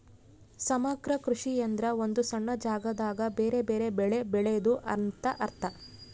ಸಮಗ್ರ ಕೃಷಿ ಎಂದ್ರ ಒಂದು ಸಣ್ಣ ಜಾಗದಾಗ ಬೆರೆ ಬೆರೆ ಬೆಳೆ ಬೆಳೆದು ಅಂತ ಅರ್ಥ